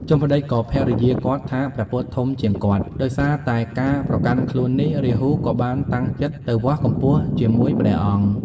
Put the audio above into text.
ចុះម្ដេចក៏ភរិយាគាត់ថាព្រះពុទ្ធធំជាងគាត់? ដោយសារតែការប្រកាន់ខ្លួននេះ រាហូក៏បានតាំងចិត្តទៅវាស់កម្ពស់ជាមួយព្រះអង្គ។